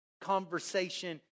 conversation